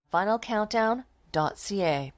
finalcountdown.ca